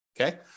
Okay